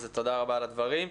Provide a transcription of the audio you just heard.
אז תודה רבה על הדברים.